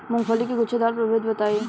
मूँगफली के गूछेदार प्रभेद बताई?